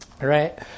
Right